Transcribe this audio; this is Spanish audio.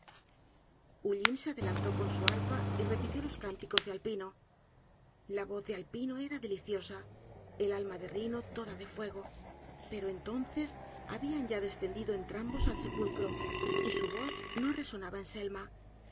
se adelantó con su arpa y repitió los cánticos de alpino la voz de aipino era deliciosa el alma de riño toda de fuego pero entonces habían ya descendido entrambos al sepulcro y su voz no resonaba en selma